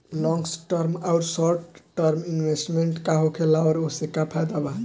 Long term आउर short term investment का होखेला और ओसे का फायदा बा?